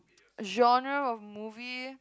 genre of movie